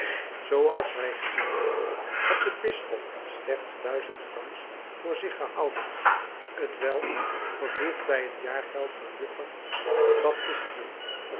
zooals wij hebben gezien had de bisschop slechts duizend francs voor zich gehouden t welk gevoegd bij het jaargeld van juffer baptistine